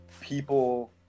people